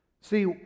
See